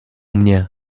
mnie